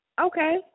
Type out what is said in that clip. Okay